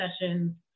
sessions